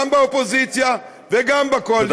גם באופוזיציה וגם בקואליציה.